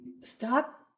Stop